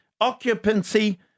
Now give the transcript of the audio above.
occupancy